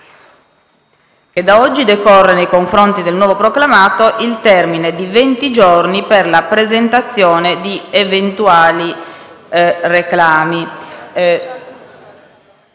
che da oggi decorre, nei confronti del nuovo proclamato, il termine di venti giorni per la presentazione di eventuali reclami.